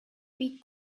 big